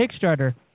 Kickstarter